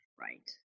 right